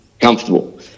comfortable